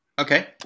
okay